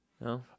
No